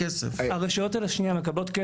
הללו.